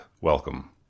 Welcome